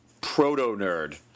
proto-nerd